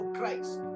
Christ